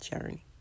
journey